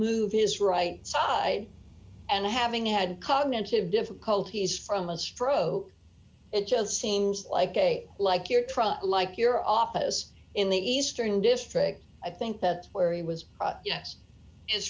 move his right side and having had cognitive difficulties from a stroke it just seems like a like you're trying to like your office in the eastern district i think that where he was yes is